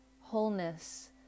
wholeness